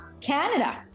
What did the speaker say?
canada